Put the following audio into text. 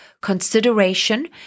consideration